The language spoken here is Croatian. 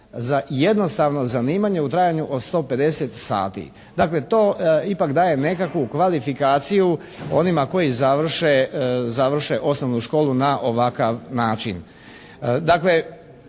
za jednostavno zanimanje u trajanju od 150 sati. Dakle to ipak daje nekakvu kvalifikaciju onima koji završe osnovnu školu na ovakav način.